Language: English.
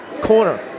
Corner